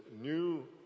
new